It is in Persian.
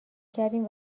کردیم